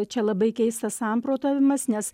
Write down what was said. čia labai keistas samprotavimas nes